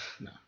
No